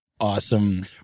Awesome